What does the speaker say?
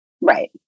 right